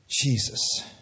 Jesus